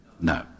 No